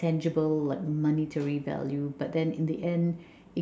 tangible like monetary value but in the end